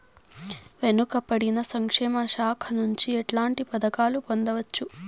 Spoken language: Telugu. వెనుక పడిన సంక్షేమ శాఖ నుంచి ఎట్లాంటి పథకాలు పొందవచ్చు?